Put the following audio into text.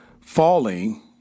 falling